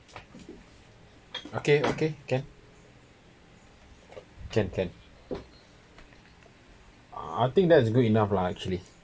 okay okay can can can I think that's good enough lah actually